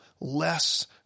less